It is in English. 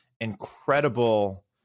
incredible